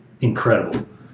incredible